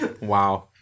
Wow